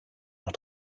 noch